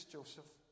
Joseph